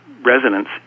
residence